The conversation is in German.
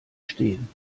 stehen